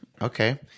Okay